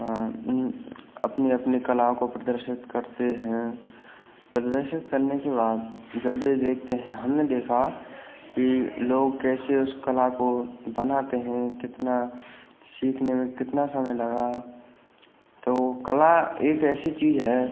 हाँ उन अपनी अपनी कलाओं को प्रदर्शित करते हैं प्रदर्शित करने के बाद जब भी देखते हैं हमने देखा कि लोग कैसे उस कला को बनाते हैं कितना सीखने में कितना समय लगा तो कला एक ऐसी चीज़ है